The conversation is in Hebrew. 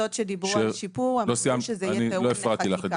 החלטות שדיברו על שיפור --- לא סיימתי.